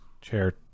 chair